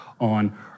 on